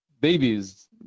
babies